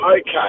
Okay